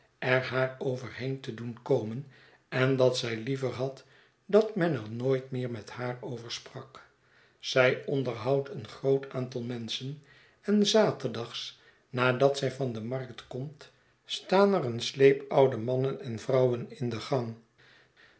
er haar overheen te doen komen en dat zij liever had dat men er nooit meer met haar over sprak zij onderhoudt een groot aantal merischen en s zaterdags nadat zij van de markt komt staan er een sleep oude mannen en vrouwen in den gang